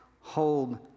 Hold